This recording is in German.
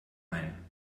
ein